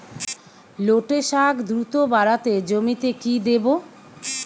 লটে শাখ দ্রুত বাড়াতে জমিতে কি দেবো?